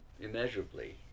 immeasurably